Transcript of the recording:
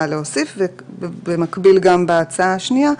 במקביל בהצעה השנייה: